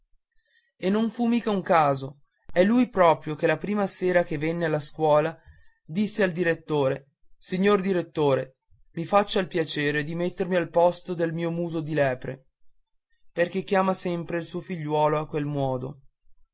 e non fu mica un caso è lui proprio che la prima sera che venne alla scuola disse al direttore signor direttore mi faccia il piacere di mettermi al posto del mio muso di lepre perché sempre chiama il suo figliuolo a quel modo